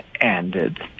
ended